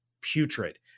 putrid